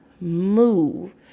move